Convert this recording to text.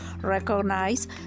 recognize